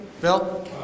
Bill